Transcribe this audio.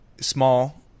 small